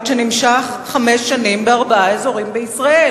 שנמשך חמש שנים בארבעה אזורים בישראל.